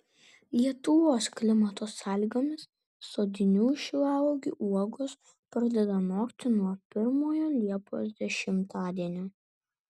lietuvos klimato sąlygomis sodinių šilauogių uogos pradeda nokti nuo pirmojo liepos dešimtadienio